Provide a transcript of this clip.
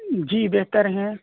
جی بہتر ہیں